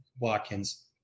Watkins